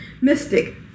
Mystic